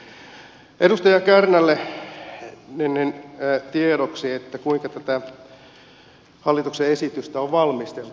edustaja kärnälle tiedoksi kuinka tätä hallituksen esitystä on valmisteltu